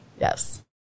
Yes